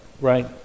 right